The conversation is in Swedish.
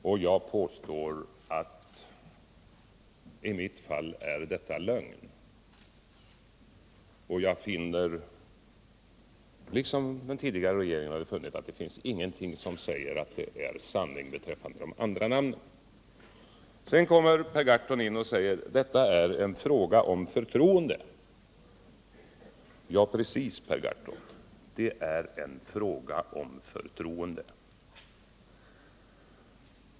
Och jag påstår att i mitt fall är uppgiften lögn. Jag finner också, liksom den tidigare regeringen gjorde, att det inte finns någonting som talar för att beskyllningarna mot övriga nämnda är sanning. Sedan kom Per Gahrton in i debatten och sade att detta är en fråga om förtroende, ta — precis, Per Gahrton! Det är en fråga om förtroende.